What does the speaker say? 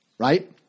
right